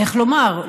איך לומר,